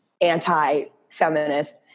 anti-feminist